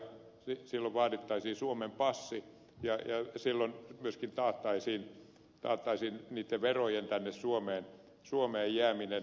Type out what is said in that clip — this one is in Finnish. silloin vaadittaisiin suomen passi ja silloin myöskin taattaisiin verojen suomeen jääminen